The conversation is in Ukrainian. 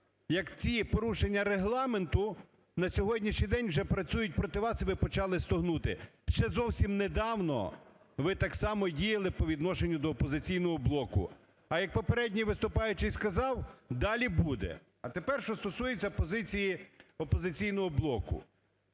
як ці порушення Регламенту на сьогоднішній день вже працюють проти вас, і ви почали стогнати. Ще зовсім недавно ви так само діяли по відношенню до "Опозиційного блоку". А як попередній виступаючий сказав, "далі буде". А тепер що стосується позиції "Опозиційного блоку".